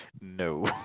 No